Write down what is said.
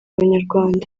abanyarwanda